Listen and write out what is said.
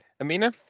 Amina